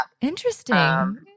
Interesting